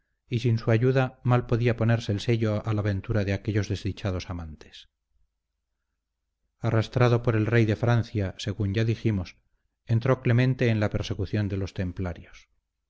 y sin su ayuda mal podía ponerse el sello a la ventura de aquellos desdichados amantes arrastrado por el rey de francia según ya dijimos entró clemente en la persecución de los templarios